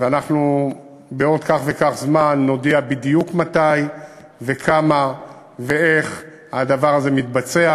ואנחנו בעוד כך וכך זמן נודיע בדיוק מתי וכמה ואיך הדבר הזה מתבצע,